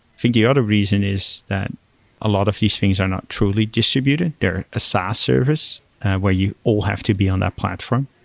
think the other reason is that a lot of these things are not truly distributed. they're a saas service where you all have to be on that platform,